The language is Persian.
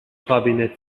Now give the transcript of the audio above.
کابینت